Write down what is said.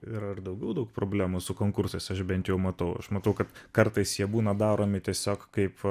yra ir daugiau daug problemų su konkursais aš bent jau matau aš matau kad kartais jie būna daromi tiesiog kaip